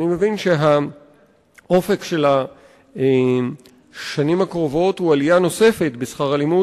אני מבין שהאופק של השנים הקרובות הוא עלייה נוספת בשכר הלימוד.